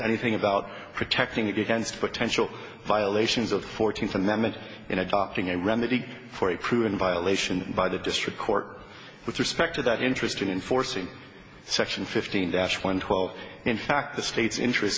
anything about protecting against potential violations of the fourteenth amendment in adopting a remedy for a proven violation by the district court with respect to that interest in enforcing section fifteen dash one twelve in fact the state's interest